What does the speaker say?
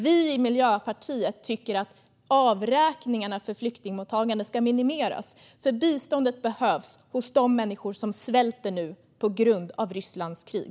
Vi i Miljöpartiet tycker att avräkningarna för flyktingmottagande ska minimeras, för biståndet behövs för de människor som nu svälter på grund av Rysslands krig.